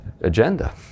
agenda